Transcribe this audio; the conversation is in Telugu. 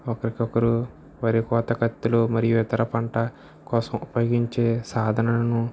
ఒకరికొకరు వరి కోత కత్తులు మరియు ఇతర పంట కోసం ఉపయోగించే సాధనను